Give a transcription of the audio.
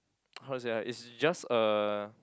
how to say ah it's just a